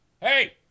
hey